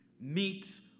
meets